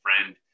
friend